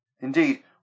Indeed